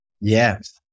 Yes